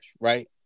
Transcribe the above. right